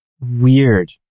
Weird